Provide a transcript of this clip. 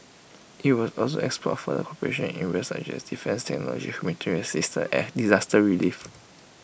IT will also explore further cooperation in areas such as defence technology humanitarian assistance and disaster relief